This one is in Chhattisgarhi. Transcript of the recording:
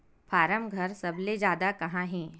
फारम घर सबले जादा कहां हे